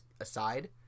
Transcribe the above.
aside